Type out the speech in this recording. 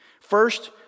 First